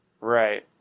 Right